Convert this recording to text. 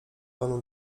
panu